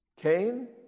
Cain